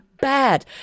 bad